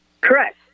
Correct